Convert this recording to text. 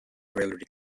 rarely